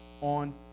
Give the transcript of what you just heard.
on